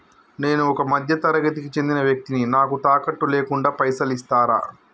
నేను ఒక మధ్య తరగతి కి చెందిన వ్యక్తిని నాకు తాకట్టు లేకుండా పైసలు ఇస్తరా?